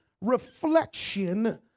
reflection